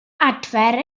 adfer